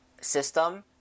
system